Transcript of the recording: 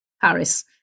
Paris